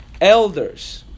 Elders